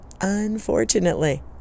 Unfortunately